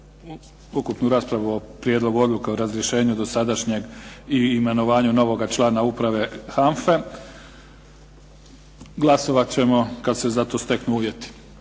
ukupnu raspravu o Prijedlogu odluke o razrješenju dosadašnjeg i imenovanju novoga člana Uprave HANFA-e. Glasovat ćemo kad se za to steknu uvjeti.